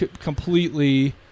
completely